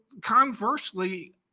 conversely